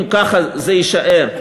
אם כך זה יישאר,